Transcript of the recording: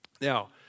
Now